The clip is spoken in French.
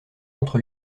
contre